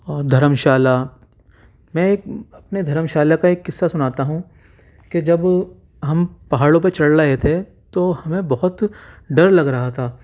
اور دھرمشالہ میں ایک اپنے دھرمشالہ کا ایک قصہ سناتا ہوں کہ جب ہم پہاڑوں پر چڑھ رہے تھے تو ہمیں بہت ڈر لگ رہا تھا